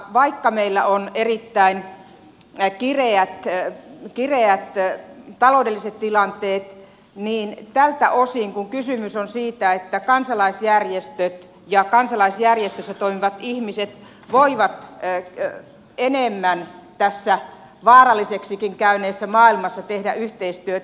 vaikka meillä on erittäin kireät taloudelliset tilanteet niin tältä osinhan kysymys on siitä että kansalaisjärjestöt ja kansalaisjärjestöissä toimivat ihmiset voivat enemmän tässä vaaralliseksikin käyneessä maailmassa tehdä yhteistyötä